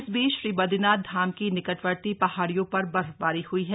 इस बीच श्री बदरीनाथ धाम की निकटवर्ती पहाड़ियों पर बर्फबारी हुई है